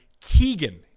Keegan